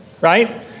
Right